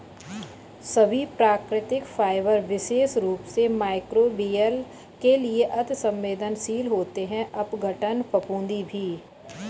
सभी प्राकृतिक फाइबर विशेष रूप से मइक्रोबियल के लिए अति सवेंदनशील होते हैं अपघटन, फफूंदी भी